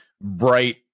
bright